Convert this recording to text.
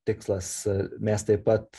tikslas mes taip pat